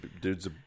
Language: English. dudes